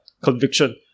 conviction